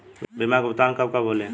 बीमा के भुगतान कब कब होले?